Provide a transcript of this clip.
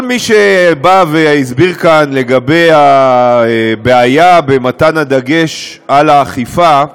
כל מי שבא והסביר כאן לגבי הבעיה במתן הדגש על האכיפה,